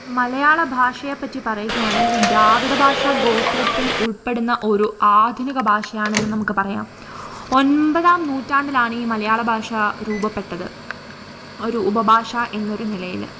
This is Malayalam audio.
മലയാള ഭാഷയെ പറ്റി പറയുകയാണെങ്കിൽ ദ്രാവിഡ ഭാഷ ഗോത്രത്തിൽ ഉൾപ്പെടുന്ന ഒരു ആധുനിക ഭാഷയാണെന്നു നമുക്ക് പറയാം ഒൻപതാം നൂറ്റാണ്ടിലാണ് ഈ മലയാള ഭാഷ രൂപപ്പെട്ടത് ഒരു ഉപഭാഷ എന്നൊരു നിലയില്